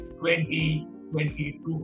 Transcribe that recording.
2022